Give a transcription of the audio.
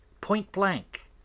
point-blank